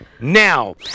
now